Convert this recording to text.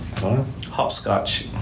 Hopscotch